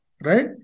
Right